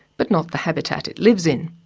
but not the habitat it lives in.